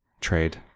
Trade